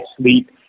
sleep